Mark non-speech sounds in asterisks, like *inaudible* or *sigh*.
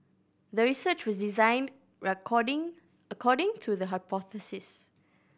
the research was designed *unintelligible* according to the hypothesis